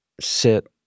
sit